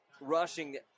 rushing